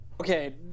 Okay